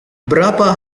berapa